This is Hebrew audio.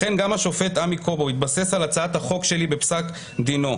לכן גם השופט עמי קובו התבסס על הצעת החוק שלי בפסק דינו,